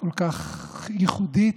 וכל כך ייחודית,